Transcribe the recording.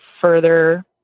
further